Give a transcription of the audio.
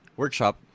workshop